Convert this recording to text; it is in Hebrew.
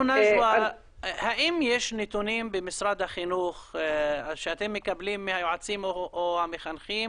האם יש נתונים במשרד החינוך שאתם מקבלים מהיועצים או המחנכים